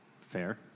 Fair